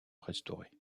restauré